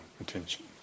attention